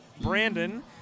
Brandon